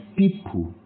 people